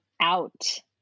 out